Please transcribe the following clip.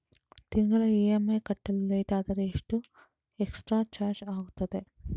ತಿಂಗಳ ಇ.ಎಂ.ಐ ಕಟ್ಟಲು ಲೇಟಾದರೆ ಎಷ್ಟು ಎಕ್ಸ್ಟ್ರಾ ಚಾರ್ಜ್ ಆಗುತ್ತದೆ?